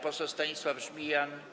Poseł Stanisław Żmijan.